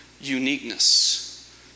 uniqueness